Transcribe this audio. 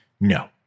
No